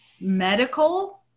medical